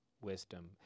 wisdom